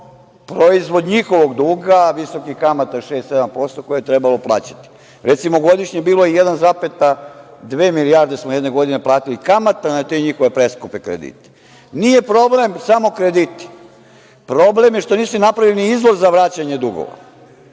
proizvod njihovog duga, visokih kamata 6-7% koje je trebalo plaćati. Recimo, 1,2 milijarde smo jedne godine platili kamate na te njihove preskupe kredite. Nisu problem samo krediti, problem je što nisu napravili izvor za vraćanje dugova.